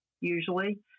usually